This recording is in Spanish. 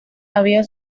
había